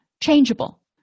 changeable